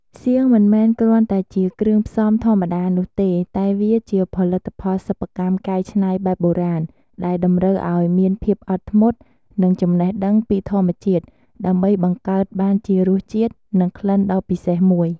សៀង មិនមែនគ្រាន់តែជាគ្រឿងផ្សំធម្មតានោះទេ តែវាជាផលិតផលសិប្បកម្មកែច្នៃបែបបុរាណ ដែលតម្រូវឱ្យមានភាពអត់ធ្មត់ និងចំណេះដឹងពីធម្មជាតិ ដើម្បីបង្កើតបានជារសជាតិ និងក្លិនដ៏ពិសេសមួយ។